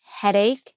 headache